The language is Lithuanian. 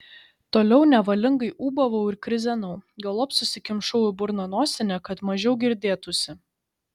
toliau nevalingai ūbavau ir krizenau galop susikimšau į burną nosinę kad mažiau girdėtųsi